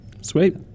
Sweet